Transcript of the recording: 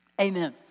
amen